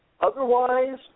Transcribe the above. Otherwise